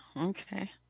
Okay